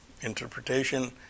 interpretation